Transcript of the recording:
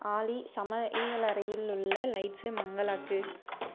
ஆலி சமையலறையில் உள்ள லைட்ஸை மங்கலாக்கு